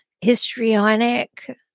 histrionic